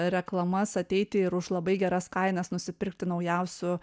reklamas ateiti ir už labai geras kainas nusipirkti naujausių